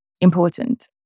important